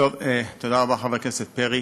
תודה רבה, חבר הכנסת פרי.